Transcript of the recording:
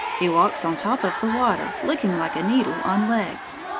he walks on top of the water, looking like a needle on legs.